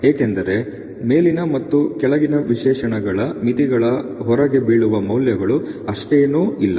ಏಕೆಂದರೆ ಮೇಲಿನ ಮತ್ತು ಕೆಳಗಿನ ವಿಶೇಷಣಗಳ ಮಿತಿಗಳ ಹೊರಗೆ ಬೀಳುವ ಮೌಲ್ಯಗಳು ಅಷ್ಟೇನೂ ಇಲ್ಲ